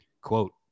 Quote